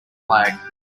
flag